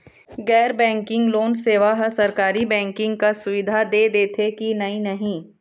गैर banking loan सेवा हा सरकारी बैंकिंग कस सुविधा दे देथे कि नई नहीं?